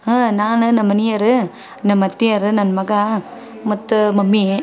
ಹಾಂ ನಾನು ನಮ್ಮಮನೆಯವ್ರ್ ನಮ್ಮ ಅತ್ತೆಯವ್ರ್ ನನ್ನ ಮಗ ಮತ್ತು ಮಮ್ಮೀ